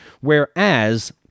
Whereas